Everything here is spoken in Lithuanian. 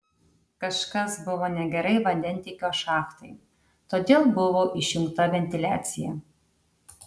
kažkas buvo negerai vandentiekio šachtai todėl buvo išjungta ventiliacija